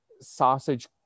sausage